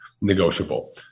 negotiable